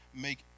make